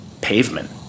pavement